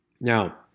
Now